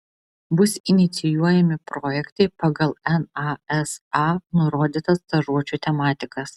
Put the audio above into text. bus inicijuojami projektai pagal nasa nurodytas stažuočių tematikas